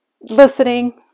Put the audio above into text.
listening